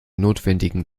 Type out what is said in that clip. notwendigen